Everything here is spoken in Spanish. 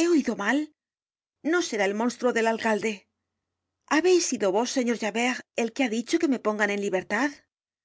he oido mal no será el monstruo del alcalde habeis sido vos señor javert el que ha dicho que me pongan en libertad